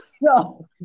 no